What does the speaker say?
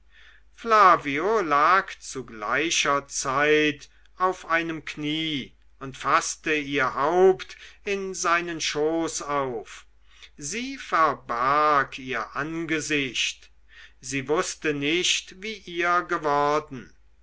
lag zu gleicher zeit auf einem knie und faßte ihr haupt in seinen schoß auf sie verbarg ihr angesicht sie wußte nicht wie ihr geworden